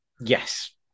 yes